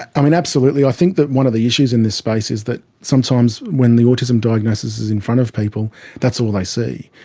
and absolutely. i think that one of the issues in this space is that sometimes when the autism diagnosis is in front of people that's all they see.